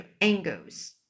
angles